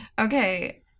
okay